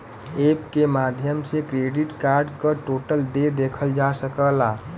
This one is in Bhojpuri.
एप के माध्यम से क्रेडिट कार्ड क टोटल देय देखल जा सकला